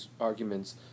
arguments